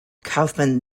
kaufman